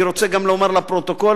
אני רוצה גם לומר לפרוטוקול,